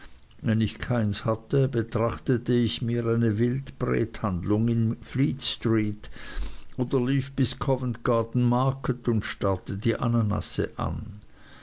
wenn ich keins hatte betrachtete ich mir eine wildbrethandlung in fleet street oder lief bis covent garden market und starrte die ananasse an